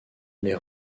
les